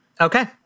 Okay